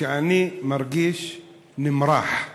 שאני מרגיש נמרח.